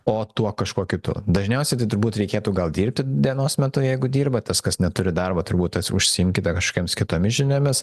o tuo kažkuo kitu dažniausiai tai turbūt reikėtų gal dirbti dienos metu jeigu dirba tas kas neturi darbo turbūt atsi užsiimkite kažkokiomis kitomis žiniomis